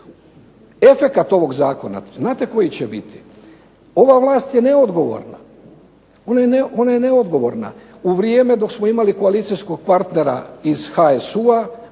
Efekat ovog Zakona, znate koji će biti. Ova vlast je neodgovorna, u vrijeme kada smo imali koalicijskog partnera iz HSU-a